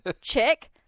check